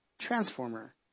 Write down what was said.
transformer